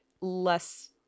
less